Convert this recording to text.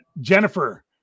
Jennifer